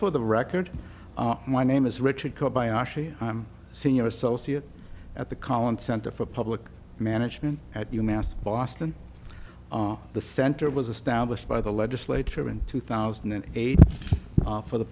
for the record my name is richard kobayashi i'm senior associate at the college center for public management at u mass boston the center was established by the legislature in two thousand and eight for the